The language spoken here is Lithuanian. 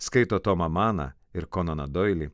skaito tomą maną ir konaną doilį